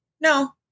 No